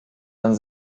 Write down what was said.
dann